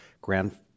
grand